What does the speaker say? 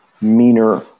meaner